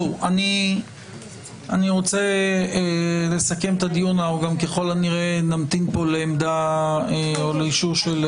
אני רוצה לסכם את הדיון וככל הנראה נמתין פה לעמדה ואישור.